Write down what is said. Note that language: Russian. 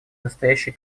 настоящей